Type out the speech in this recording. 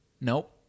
Nope